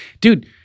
Dude